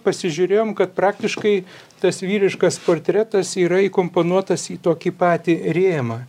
pasižiūrėjom kad praktiškai tas vyriškas portretas yra įkomponuotas į tokį patį rėmą